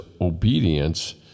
obedience